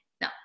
no